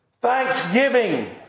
Thanksgiving